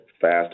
fast